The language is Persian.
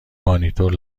مانیتور